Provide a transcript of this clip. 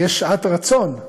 יש שעת רצון.